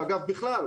ואגב בכלל,